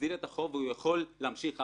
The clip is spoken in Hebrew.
מסדיר את החוב והוא יכול להמשיך הלאה.